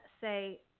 say